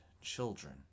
children